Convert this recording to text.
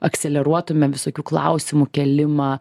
akseleruotume visokių klausimų kėlimą